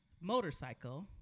motorcycle